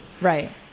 Right